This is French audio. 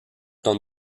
dans